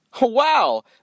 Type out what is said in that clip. Wow